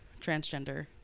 transgender